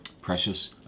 Precious